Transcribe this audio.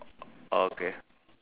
okay